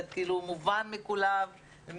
זה דבר שמובן לכולם.